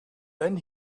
then